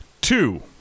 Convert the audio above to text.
Two